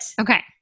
Okay